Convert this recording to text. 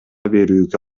берүүгө